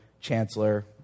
chancellor